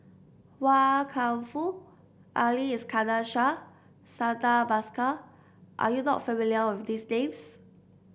Wan Kam Fook Ali Iskandar Shah Santha Bhaskar are you not familiar with these names